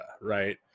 right